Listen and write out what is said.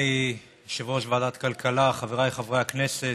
אדוני יושב-ראש ועדת הכלכלה, חבריי חברי הכנסת,